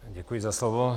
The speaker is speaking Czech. Děkuji za slovo.